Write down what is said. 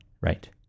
right